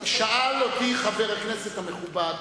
שאל אותי חבר הכנסת המכובד,